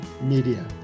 Media